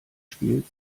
spiels